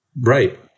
Right